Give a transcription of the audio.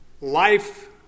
life